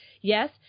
Yes